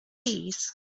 keys